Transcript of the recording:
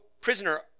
prisoner